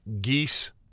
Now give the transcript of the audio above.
geese